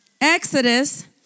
Exodus